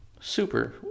super